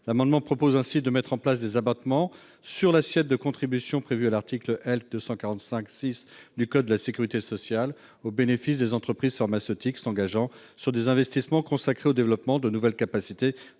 vaccins. Il prévoit ainsi de mettre en place des abattements sur l'assiette des contributions prévues à l'article L. 245-6 du code de la sécurité sociale, au bénéfice des entreprises pharmaceutiques s'engageant sur des investissements consacrés au développement de nouvelles capacités